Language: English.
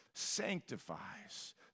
sanctifies